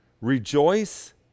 Rejoice